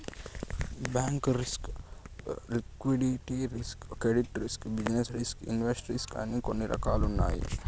market risk liquidity risk credit risk business risk invest risk అని కొన్ని రకాలున్నాయి